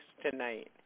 tonight